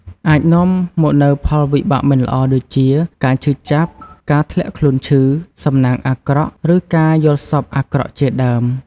អាចនាំមកនូវផលវិបាកមិនល្អ ដូចជា ការឈឺចាប់ ការធ្លាក់ខ្លួនឈឺ សំណាងអាក្រក់ ឬ ការយល់សុបិន្តអាក្រក់ជាដើម ។